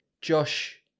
Josh